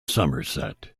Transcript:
somerset